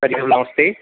हरिः ओं नमस्ते